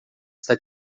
está